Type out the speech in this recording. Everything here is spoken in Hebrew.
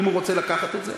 אם הוא רוצה לקחת את זה,